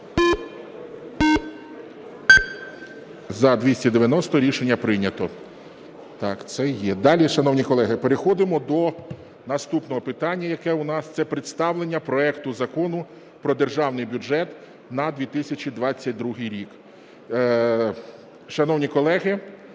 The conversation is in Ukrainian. За-242 Рішення прийнято.